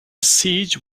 siege